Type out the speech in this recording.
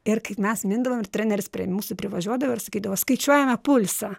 ir kaip mes mindavom ir treneris prie mūsų privažiuodavo ir sakydavo skaičiuojame pulsą